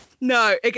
no